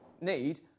need